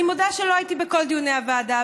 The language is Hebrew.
אני מודה שלא הייתי בכל דיוני הוועדה,